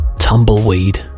tumbleweed